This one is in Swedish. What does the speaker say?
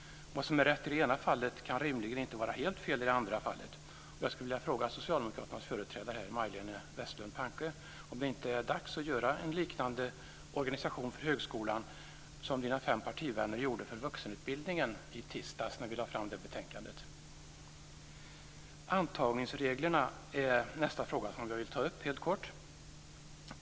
Vad som är rätt i det ena fallet kan rimligen inte vara helt fel i det andra fallet. Och jag skulle vilja fråga socialdemokraternas företrädare här Majléne Westerlund Panke om det inte är dags att göra en liknande organisation för högskolan som hennes fem partivänner gjorde för vuxenutbildningen i tisdags när vi lade fram det betänkandet. Antagningsreglerna är nästa fråga som jag helt kortfattat vill ta upp.